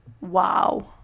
Wow